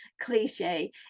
cliche